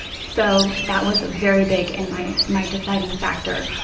so, that was very big in my my deciding factor.